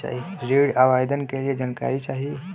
ऋण आवेदन के लिए जानकारी चाही?